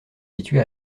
située